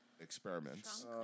Experiments